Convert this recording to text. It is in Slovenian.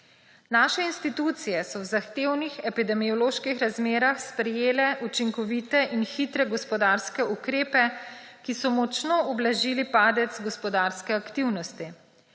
Naše institucije so v zahtevnih epidemioloških razmerah sprejele učinkovite in hitre gospodarske ukrepe, ki so močno ublažili padec gospodarske aktivnosti.